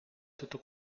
tutto